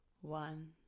one